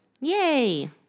Yay